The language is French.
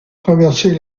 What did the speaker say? traverser